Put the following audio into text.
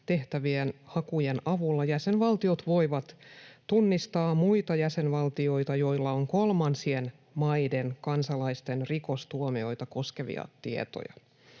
tehtävien hakujen avulla jäsenvaltiot voivat tunnistaa muita jäsenvaltioita, joilla on kolmansien maiden kansalaisten rikostuomioita koskevia tietoja.